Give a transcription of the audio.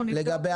אנחנו נבדוק.